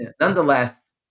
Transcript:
nonetheless